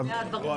להעברה למיזמים?